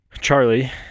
Charlie